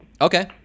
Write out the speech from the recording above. Okay